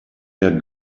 der